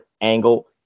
angle